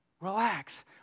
Relax